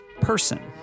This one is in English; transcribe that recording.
person